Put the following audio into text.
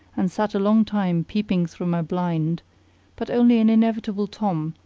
and sat a long time peeping through my blind but only an inevitable tom,